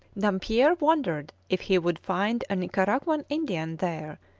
dampier wondered if he would find a nicaraguan indian there,